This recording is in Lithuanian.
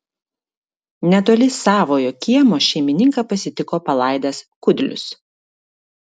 netoli savojo kiemo šeimininką pasitiko palaidas kudlius